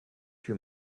two